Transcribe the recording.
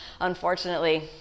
unfortunately